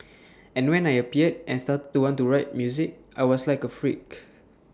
and when I appeared and started to want to write music I was like A freak